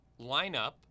lineup